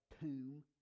tomb